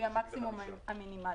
לפי המקסימום המינימלי.